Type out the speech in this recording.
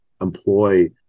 employ